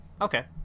Okay